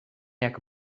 jak